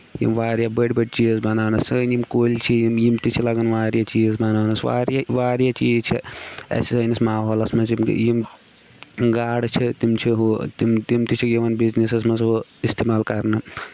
یِم واریاہ بٔڑ بٔڑ چیٖز بَناونَس سٲنۍ یِم کُلۍ چھ یِم یِم تہِ چھِ لگان واریاہ چیٖز بَناونَس واریہ واریاہ چیٖز چھِ سٲنِس ماحولَس منٛز یِم یِم گاڈٕ چھِ تِم چھِ ہُہ تِم تہِ چھِ یِوان بِزنٮ۪سس منٛز ہُہ اِستعمال کَرنہٕ